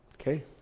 Okay